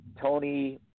Tony